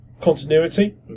continuity